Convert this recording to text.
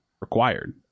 required